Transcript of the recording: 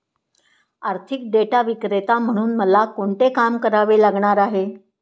आर्थिक डेटा विक्रेता म्हणून मला कोणते काम करावे लागणार आहे?